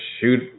shoot